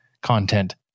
content